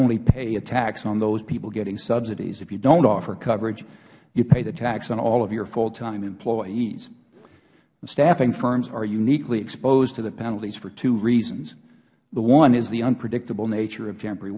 only pay a tax on those people getting subsidies if you dont offer coverage you pay the tax on all of your full time employees staffing firms are uniquely exposed to the penalties for two reasons one is the unpredictable nature of temporary